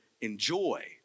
enjoy